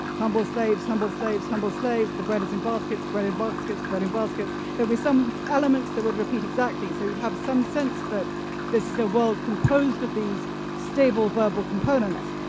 humble slaves, humble slaves, humble slaves. the bread is in baskets, bread in baskets, bread in baskets. there'd be some elements that would repeat exactly so you'd have some sense that this is a world composed of these stable verbal components,